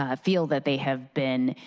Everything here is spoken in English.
ah feel that they have been